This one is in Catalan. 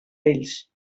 ells